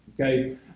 Okay